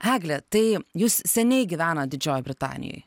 egle tai jūs seniai gyvenat didžiojoj britanijoj